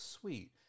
sweet